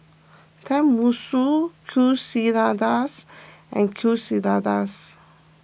Tenmusu Quesadillas and Quesadillas